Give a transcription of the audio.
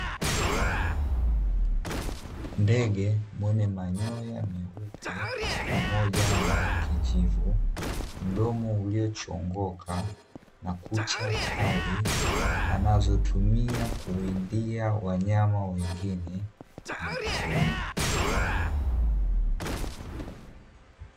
Ndege mwenye manyoya meupe pamoja na ya kijivu, mdomo ulio chongoka, na kucha kali anazotumia kuwindia wanyama wengine mwituni.